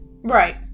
Right